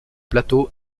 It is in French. plateau